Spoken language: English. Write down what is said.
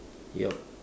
yup